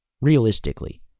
Realistically